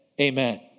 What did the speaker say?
amen